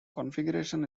configuration